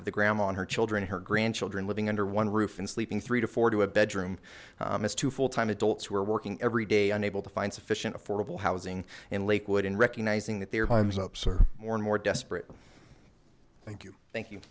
of the grandma on her children her grandchildren living under one roof and sleeping three to four to a bedroom has two full time adults who are working every day unable to find sufficient affordable housing in lakewood and recognizing that their homes up serve more and more desperate thank you thank you